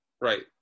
right